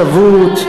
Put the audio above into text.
תזרוק אותם?